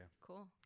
Cool